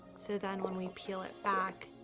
so then when we peel it back,